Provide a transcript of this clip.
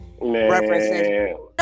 references